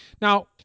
Now